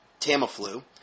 Tamiflu